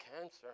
cancer